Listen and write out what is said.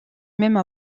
même